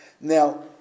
Now